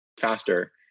faster